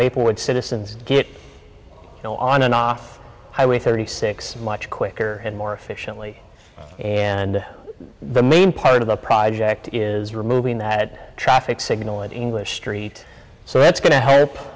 maplewood citizens get you know on and off highway thirty six much quicker and more efficiently and the main part of the project is removing that traffic signal at english street so that's going to help